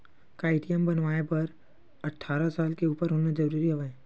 का ए.टी.एम बनवाय बर अट्ठारह साल के उपर होना जरूरी हवय?